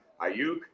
Ayuk